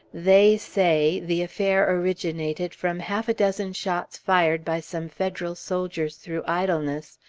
they say the affair originated from half a dozen shots fired by some federal soldiers through idleness,